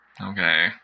Okay